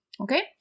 Okay